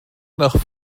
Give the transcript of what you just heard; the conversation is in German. nach